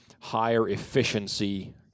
higher-efficiency